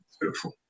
beautiful